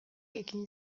ekin